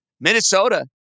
Minnesota